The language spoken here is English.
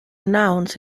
announce